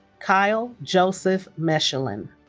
kyle joseph mechelin